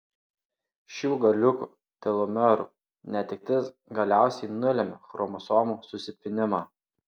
šių galiukų telomerų netektis galiausiai nulemia chromosomų susipynimą